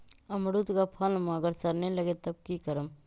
अमरुद क फल म अगर सरने लगे तब की करब?